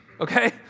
Okay